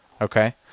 Okay